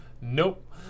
Nope